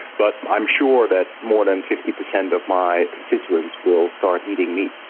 but i'm sure that more than fifty percent of my constituents will start eating meat.